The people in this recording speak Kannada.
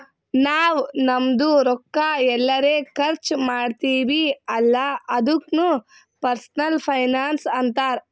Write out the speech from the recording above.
ನಾವ್ ನಮ್ದು ರೊಕ್ಕಾ ಎಲ್ಲರೆ ಖರ್ಚ ಮಾಡ್ತಿವಿ ಅಲ್ಲ ಅದುಕ್ನು ಪರ್ಸನಲ್ ಫೈನಾನ್ಸ್ ಅಂತಾರ್